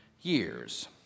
years